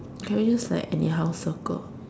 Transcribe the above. can we just like anyhow circle